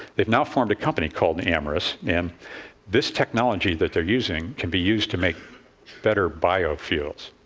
we've now formed a company called and amyris, and this technology that they're using can be used to make better biofuels.